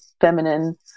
feminine